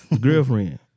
Girlfriend